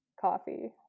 Coffee